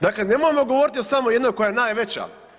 Dakle, nemojmo govoriti samo o jednoj koja je najveća.